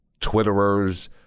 twitterers